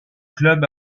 club